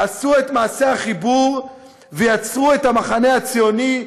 עשו את מעשה החיבור ויצרו את המחנה הציוני,